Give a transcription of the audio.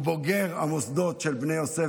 הוא בוגר המוסדות של בני יוסף,